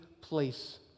place